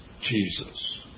Jesus